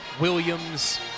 Williams